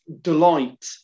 delight